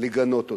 לגנות אותו.